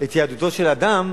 את יהדותו של אדם